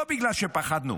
זה לא בגלל שפחדנו,